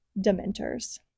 dementors